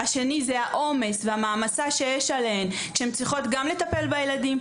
ב' העומס והמעמסה שיש עליהן שהן צריכות לטפל בילדים,